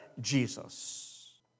Jesus